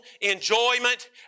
enjoyment